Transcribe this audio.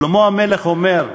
שלמה המלך אומר: